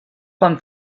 quan